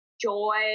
joy